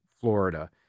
Florida